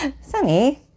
Sunny